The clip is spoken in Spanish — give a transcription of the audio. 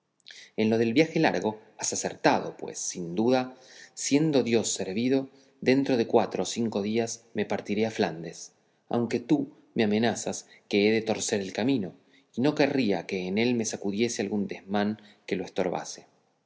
en lo del viaje largo has acertado pues sin duda siendo dios servido dentro de cuatro o cinco días me partiré a flandes aunque tú me amenazas que he de torcer el camino y no querría que en él me sucediese algún desmán que lo estorbase